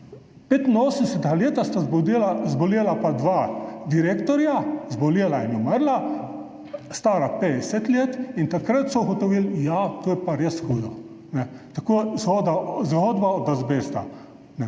1985. leta pa sta zbolela dva direktorja, zbolela in umrla, stara 50 let, in takrat so ugotovili, ja, to je pa res hudo. Tako zgodba o azbestu.